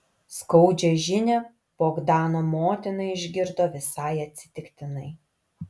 skaudžią žinią bogdano motina išgirdo visai atsitiktinai